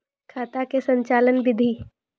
खाता का संचालन बिधि?